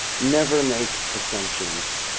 never make assumptions.